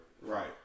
Right